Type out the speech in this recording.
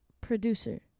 producer